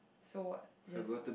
so what just what